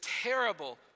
terrible